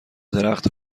درخت